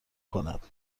کند